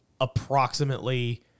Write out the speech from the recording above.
approximately